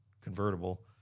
convertible